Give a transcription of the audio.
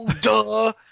duh